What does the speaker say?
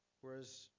Whereas